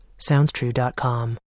SoundsTrue.com